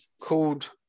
called